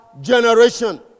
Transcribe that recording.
generation